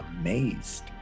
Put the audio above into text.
amazed